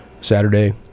Saturday